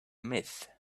myth